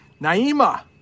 Naima